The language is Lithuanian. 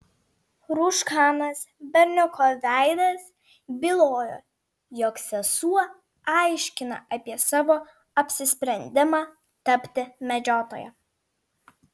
rūškanas berniuko veidas bylojo jog sesuo aiškina apie savo apsisprendimą tapti medžiotoja